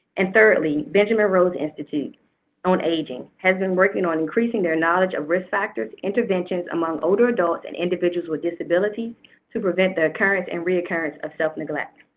and thirdly, benjamin rose institute on aging has been working on increasing their knowledge of risk factors and interventions among older adults and individuals with disability to prevent the occurrence and reoccurrence of self-neglect.